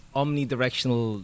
omnidirectional